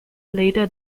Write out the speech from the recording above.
later